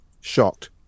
shocked